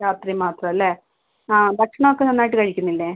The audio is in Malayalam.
രാത്രി മാത്രം അല്ലേ ആ ഭക്ഷണമൊക്കെ നന്നായിട്ട് കഴിക്കുന്നില്ലേ